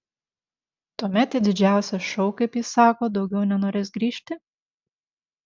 tuomet į didžiausią šou kaip jis sako daugiau nenorės grįžti